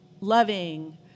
loving